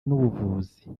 n’ubuvuzi